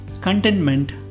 Contentment